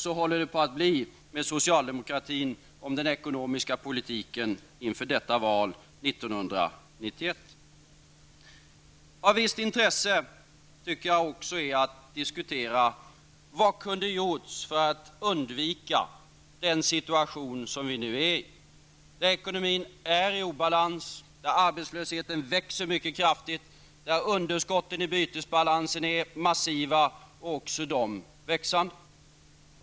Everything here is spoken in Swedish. Så håller det på att bli med socialdemokratin och den ekonomiska politiken inför detta val 1991. Jag tycker också att det är av visst intresse att diskutera vad som kunde ha gjorts för att undvika den situation vi nu befinner oss i. Ekonomin är i obalans. Arbetslösheten växer mycket kraftigt. Underskotten i bytesbalansen är massiva och växande.